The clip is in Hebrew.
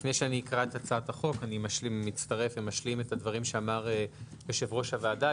לפני שאקרא את הצעת החוק אני משלים את הדברים שאמר יושב-ראש הוועדה.